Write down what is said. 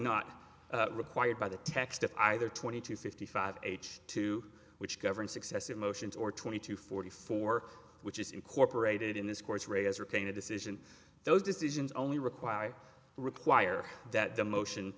not required by the text of either twenty two fifty five h two which govern successive motions or twenty two forty four which is incorporated in this court's rate as retain a decision those decisions only require require that the motion